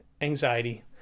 anxiety